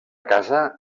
casa